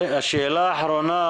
השאלה האחרונה,